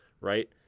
Right